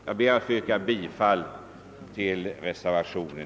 Jag ber att få yrka bifall till reservationen.